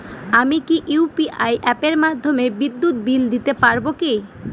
আমি কি ইউ.পি.আই অ্যাপের মাধ্যমে বিদ্যুৎ বিল দিতে পারবো কি?